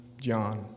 John